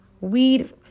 Weed